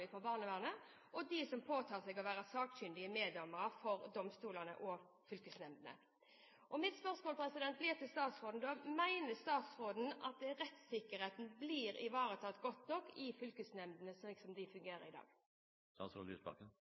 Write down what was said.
barnevernet, og de som påtar seg å være sakkyndige meddommere for domstolene og fylkesnemndene. Mitt spørsmål blir da: Mener statsråden at rettssikkerheten blir ivaretatt godt nok i fylkesnemndene, slik de fungerer i